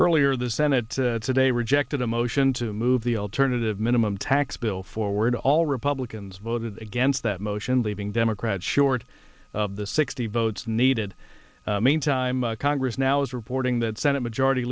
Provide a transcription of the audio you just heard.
earlier the senate today rejected a motion to move the alternative minimum tax bill forward all republicans voted against that motion leaving democrats short of the sixty votes needed meantime congress now is reporting that senate majority